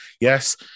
Yes